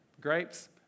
Grapes